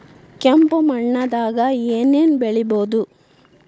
ಕೆಂಪು ಮಣ್ಣದಾಗ ಏನ್ ಏನ್ ಬೆಳಿಬೊದು?